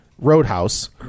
Roadhouse